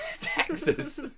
Texas